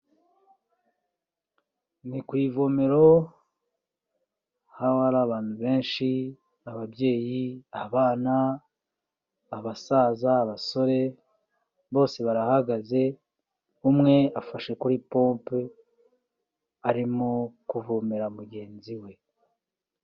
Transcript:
Ni ku ivomero, aho hari abantu benshi, ababyeyi, abana, abasaza, abasore, bose barahagaze, umwe afashe kuri pompe, arimo kuvomera mugenzi we.